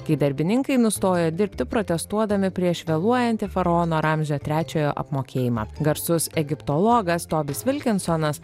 kai darbininkai nustojo dirbti protestuodami prieš vėluojantį faraono ramzio trečiojo apmokėjimą garsus egiptologas tobis vilkinsonas